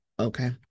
Okay